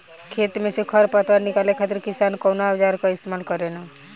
खेत में से खर पतवार निकाले खातिर किसान कउना औजार क इस्तेमाल करे न?